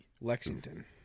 Lexington